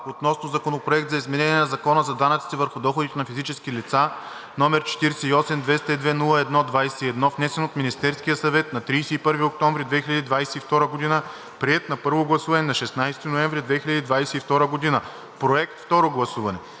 относно Законопроект за изменение на Закона за данъците върху доходите на физическите лица, № 48-202-01-21, внесен от Министерския съвет на 31 октомври 2022 г., приет на първо гласуване на 16 ноември 2022 г. – Проект, второ гласуване“.